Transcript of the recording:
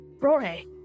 Rory